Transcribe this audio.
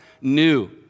new